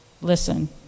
listen